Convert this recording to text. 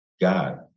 God